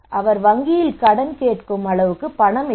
அவர் வங்கியில் கடன் கேட்கும் அளவுக்கு பணம் இல்லை